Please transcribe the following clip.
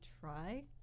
try